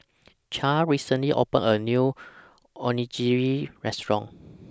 Clair recently opened A New Onigiri Restaurant